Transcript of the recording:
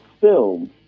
film